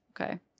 okay